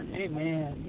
amen